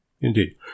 Indeed